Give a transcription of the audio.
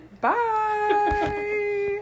Bye